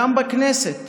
גם בכנסת,